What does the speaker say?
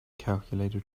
calculator